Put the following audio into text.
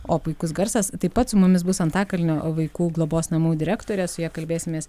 o puikus garsas taip pat su mumis bus antakalnio vaikų globos namų direktorė su ja kalbėsimės